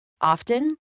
often